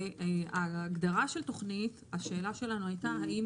ההגדרה של "תוכנית" שאלתנו היתה האם